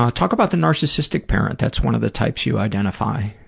um talk about the narcissistic parent that's one of the types you identify.